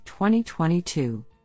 2022